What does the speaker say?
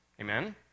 Amen